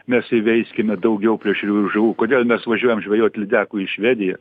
mes įveiskime daugiau plėšriųjų žuvų kodėl mes važiuojam žvejot lydekų į švediją